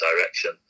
direction